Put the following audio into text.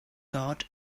guard